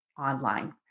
online